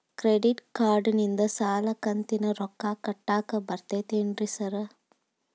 Credit ಕಾರ್ಡನಿಂದ ಸಾಲದ ಕಂತಿನ ರೊಕ್ಕಾ ಕಟ್ಟಾಕ್ ಬರ್ತಾದೇನ್ರಿ ಸಾರ್?